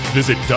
Visit